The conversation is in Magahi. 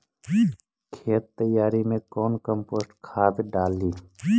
खेत तैयारी मे कौन कम्पोस्ट खाद डाली?